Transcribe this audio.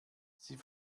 sie